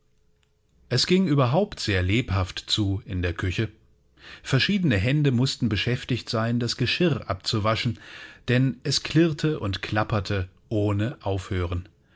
es ging überhaupt sehr lebhaft zu in der küche verschiedene hände mußten beschäftigt sein das geschirr abzuwaschen denn es klirrte und klapperte ohne aufhören